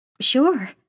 Sure